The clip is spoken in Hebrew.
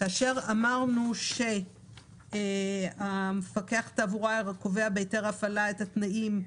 כאשר אמרנו שהמפקח על התעבורה קובע בהיתר ההפעלה את התנאים,